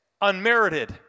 unmerited